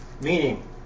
Meaning